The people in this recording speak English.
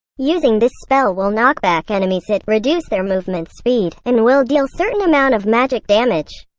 using this spell will knockback enemies hit, reduce their movement speed, and will deal certain amount of magic damage.